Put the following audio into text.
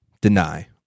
Deny